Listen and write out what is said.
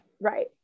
Right